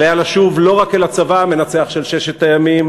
עליה לשוב לא רק אל הצבא המנצח של ששת הימים